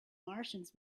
martians